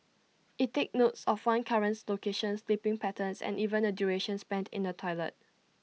IT takes note of one's current location sleeping patterns and even the duration spent in the toilet